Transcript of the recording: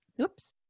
Oops